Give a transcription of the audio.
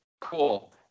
cool